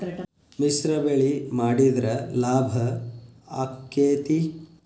ಮಿಶ್ರ ಬೆಳಿ ಮಾಡಿದ್ರ ಲಾಭ ಆಕ್ಕೆತಿ?